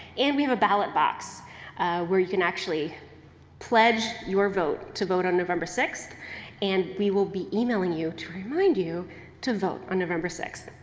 and, we have a ballot box where you can actually pledge your vote to vote on november six th and we will be emailing you to remind you to vote on november six